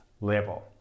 level